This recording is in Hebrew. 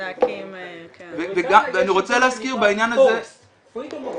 --- ואני רוצה להזכיר בעניין הזה- -- יש ארגון שנקרא